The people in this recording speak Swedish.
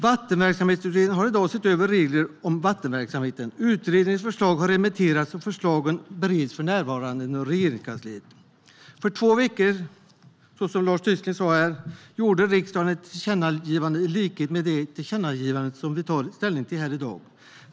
Vattenverksamhetsutredningen har sett över dagens regler om vattenverksamheter, utredningens förslag har remitterats och förslagen bereds för närvarande inom Regeringskansliet. För två veckor sedan, som Lars Tysklind sa här, gjorde riksdagen ett tillkännagivande i likhet med det tillkännagivande som vi tar ställning till här i dag.